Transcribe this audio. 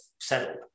settled